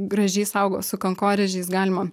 gražiai saugo su kankorėžiais galima